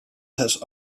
has